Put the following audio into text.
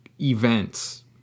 events